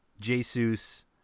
Jesus